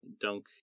dunk